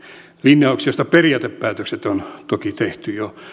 linjauksiin joista periaatepäätökset on toki tehty jo